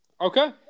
Okay